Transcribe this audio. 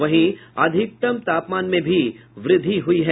वहीं अधिकतम तापमान में भी वृद्धि हुई है